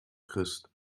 christ